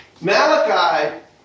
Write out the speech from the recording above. Malachi